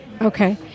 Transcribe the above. okay